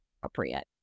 appropriate